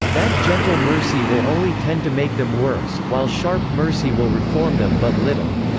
that gentle mercy will only tend to make them worse, while sharp mercy will reform them but little.